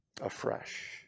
Afresh